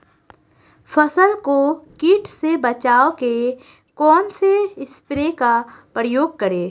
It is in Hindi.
फसल को कीट से बचाव के कौनसे स्प्रे का प्रयोग करें?